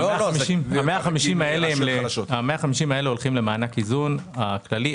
ה-150 האלה הולכים למענק איזון הכללי.